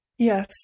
Yes